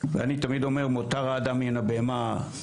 תמיד אומר, מותר האדם מן הבהמה.